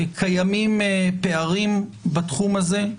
קיימים פערים בתחום הזה,